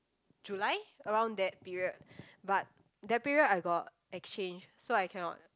July around that period but that period I got exchange so I cannot